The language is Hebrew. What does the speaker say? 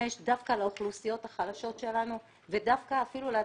דווקא לאוכלוסיות החלשות שלנו ואפילו לחרדים.